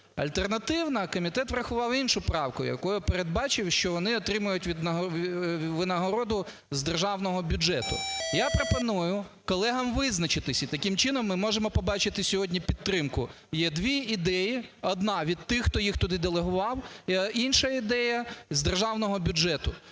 Альтернативна, комітет врахував іншу правку, якою передбачив, що вони отримують винагороду з державного бюджету. Я пропоную колегам визначитися, і, таким чином, ми можемо побачити сьогодні підтримку. Є дві ідеї: одна – від тих, хто їх туди делегував; і інша ідея – з державного бюджету.